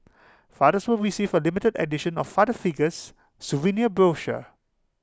fathers will receive A limited edition of father figures souvenir brochure